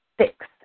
Six